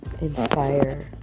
inspire